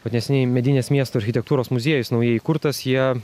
vat neseniai medinės miesto architektūros muziejus naujai įkurtas jie